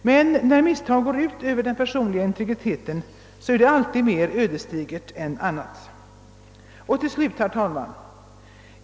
Men när misstagen går ut över den personliga integriteten är det alltid mera ödesdigert än annars.